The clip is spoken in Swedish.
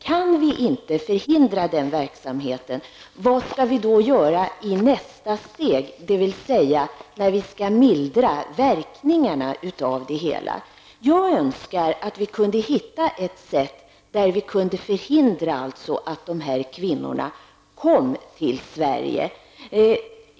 Kan vi inte förhindra den verksamheten -- vad skall vi då göra i nästa steg, dvs. när vi skall mildra verkningarna av det hela? Jag önskar att vi kunde hitta ett sätt att förhindra att de här kvinnorna kommer till Sverige.